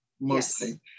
mostly